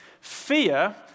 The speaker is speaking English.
Fear